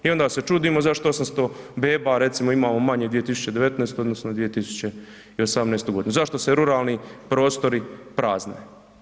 I onda se čudimo zašto 800 beba recimo imamo manje 2019. u odnosu na 2018. godinu, zašto se ruralni prostori prazne.